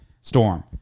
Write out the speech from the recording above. storm